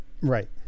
Right